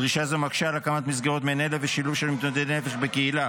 דרישה זאת מקשה על הקמת מסגרות מעין אלה ושילוב של מתמודדי נפש בקהילה.